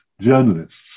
journalists